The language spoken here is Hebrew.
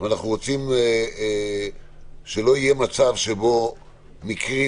ואנחנו רוצים שלא יהיה מצב שבו מקרים